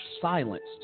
silenced